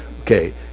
Okay